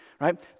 right